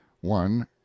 one